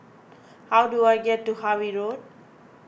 how do I get to Harvey Road